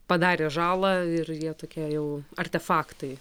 padarė žalą ir jie tokie jau artefaktai